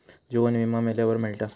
जीवन विमा मेल्यावर मिळता